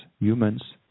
humans